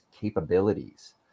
capabilities